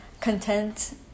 content